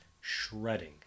shredding